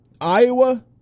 Iowa